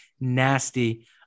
nasty